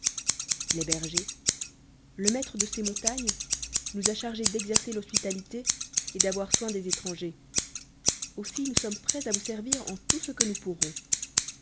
les bergers le maître de ces montagnes nous a chargés d'exel'cer l'hospitalité et d'avoir soin des étrangers aussi nous sommes prêts à vous servir en tout ce que nous pourrons